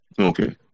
Okay